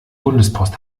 bundespost